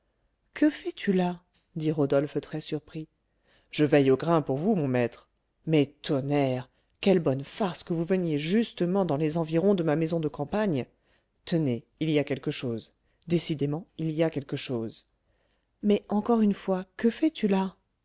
que fais-tu là dit rodolphe très surpris je veille au grain pour vous mon maître mais tonnerre quelle bonne farce que vous veniez justement dans les environs de ma maison de campagne tenez il y a quelque chose décidément il y a quelque chose mais encore une fois que fais-tu là